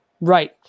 Right